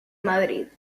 madrid